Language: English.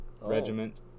regiment